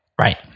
right